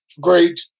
great